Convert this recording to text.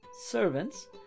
servants